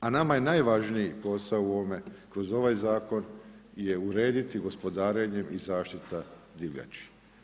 A nama je najvažniji posao kroz ovaj zakon je urediti gospodarenje i zaštita divljači.